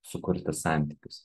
sukurti santykius